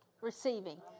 receiving